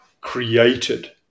created